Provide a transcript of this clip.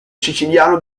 siciliano